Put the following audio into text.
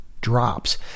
drops